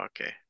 okay